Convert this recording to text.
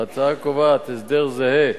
ההצעה קובעת הסדר זהה